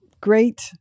great